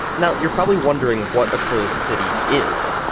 now you're probably wondering what a closed city is.